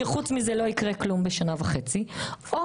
שחוץ מזה לא יקרה כלום בשנה וחצי; או